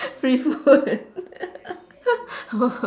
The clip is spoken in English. free food